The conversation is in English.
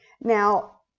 Now